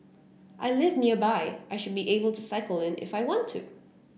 I live nearby I should be able to cycle in if I want to